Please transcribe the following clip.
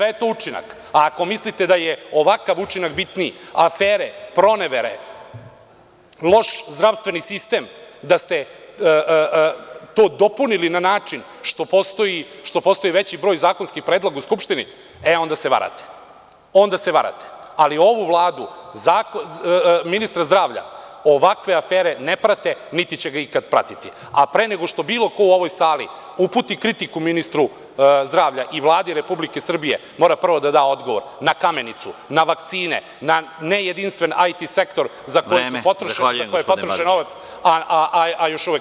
Ako mislite da je ovakav učinak bitniji, afere, pronevere, loš zdravstveni sistem da ste to dopunili na način što postoji veći broj zakonskih predloga u Skupštini, onda se varate, ali ovu Vladu, ministra zdravlja, ovakve afere ne prate, niti će ga ikad pratiti, a pre nego što bilo ko u ovoj sali uputi kritiku ministru zdravlja i Vladi Republike Srbije, mora prvo da da odgovor na Kamenicu, na vakcine, na nejedinstven IT sektor za koje je potrošen novac, a još uvek